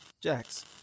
Jax